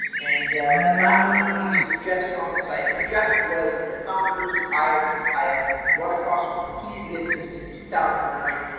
and last but not least with jeff selling the site. so jeff was the founder, i um i have run across him, competed against him since two thousand and nine.